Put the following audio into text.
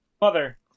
Mother